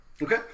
Okay